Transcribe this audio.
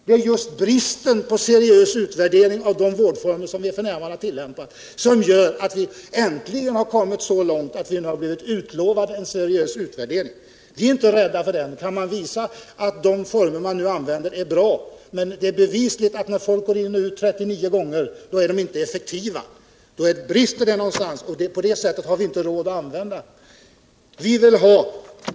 Det är just bristen på seriös utvärdering av de vårdformer som vi f. n. tillämpar som gör att vi äntligen har kommit så långt att vi nu blivit utlovade en seriös utvärdering. Vi är inte rädda för den. Det vore bra om man kunde visa att de former som nu används är effektiva, men att folk går in och ut 39 gånger tyder på något annat. Det brister någonstans, och vi har inte råd att använda resurserna på det sättet.